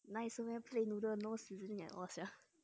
nice meh plain noodles no fillings at all sia